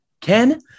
Ken